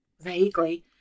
Vaguely